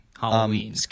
Halloween